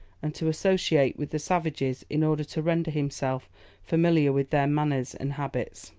and to associate with the savages in order to render himself familiar with their manners and habits.